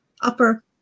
upper